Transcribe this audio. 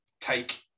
take